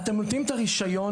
אתם נותנים את הרישיון